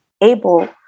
able